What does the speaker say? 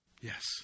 Yes